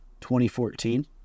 2014